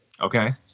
Okay